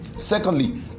Secondly